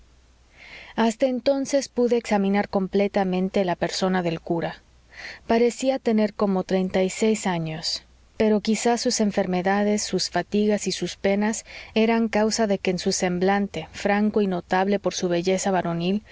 hasta entonces pude examinar completamente la persona del cura parecía tener como treinta y seis años pero quizás sus enfermedades sus fatigas y sus penas eran causa de que en su semblante franco y notable por su belleza varonil